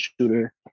shooter